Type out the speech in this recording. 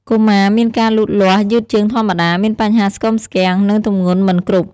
កុមារមានការលូតលាស់យឺតជាងធម្មតា មានបញ្ហាស្គមស្គាំង និងទម្ងន់មិនគ្រប់។